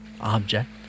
object